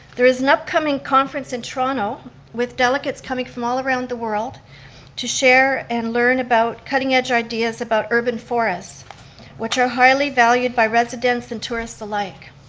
there's an upcoming conference in toronto with delegates coming from all around the world to share and learn about cutting-edge ideas about urban forests which are highly valued by residents and tourist alike.